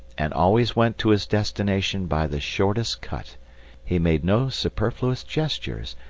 and always went to his destination by the shortest cut he made no superfluous gestures,